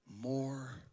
more